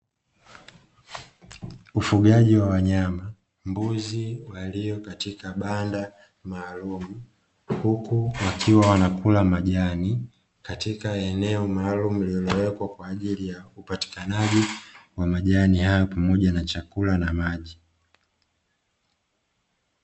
Ufugaji wa wanyama mbuzi walikatika banda maalumu, huku wakiwa wanakula majani katika eneo maalumu limewekwa kwajili ya upatikanaji wa majani hayo pamoja na chakula na maji.